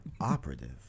Operative